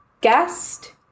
guest